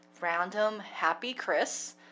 randomhappychris